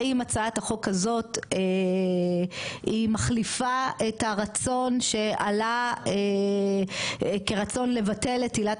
האם הצעת החוק הזאת היא מחליפה את הרצון שעלה כרצון לבטל את עילת